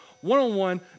one-on-one